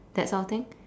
that's sort of thing